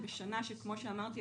וזאת כמו שאמרתי,